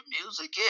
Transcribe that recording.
music